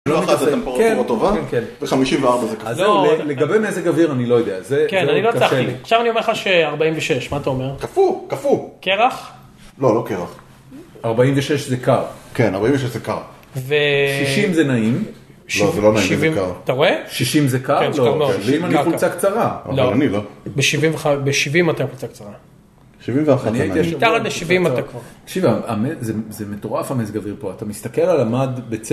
זה טמפרטורה טובה, ו-54 זה קפוא. לגבי מזג אוויר אני לא יודע, זה קשה לי. אפשר אני אומר לך ש-46, מה אתה אומר? קפוא, קפוא. קרח? לא, לא קרח. 46 זה קר. כן, 46 זה קר. ו... 60 זה נעים. לא, זה לא נעים, זה קר. אתה רואה? 60 זה קר? לא. ואם אני בחולצה קצרה, אבל אני לא. ב-70 אתה בחולצה קצרה. 70 ואחת זה נעים. ניתן עד ה-70 אתה כבר. תקשיב, זה מטורף המזג אוויר פה. אתה מסתכל על המד...